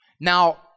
Now